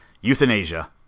Euthanasia